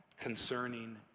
concerning